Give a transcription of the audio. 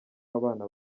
w’abana